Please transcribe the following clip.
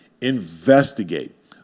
Investigate